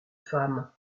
femme